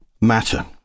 matter